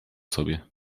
sobie